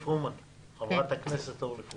חברת הכנסת אורלי פרומן.